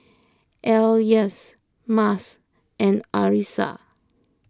Elyas Mas and Arissa